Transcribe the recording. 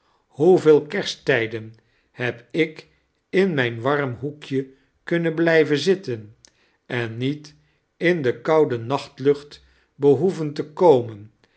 hoeveel kersttijden heb ik in mijn warm hoekje kunnen blijven zitten en niet in de koude nachtlucht behoeven te komen